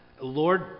Lord